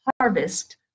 harvest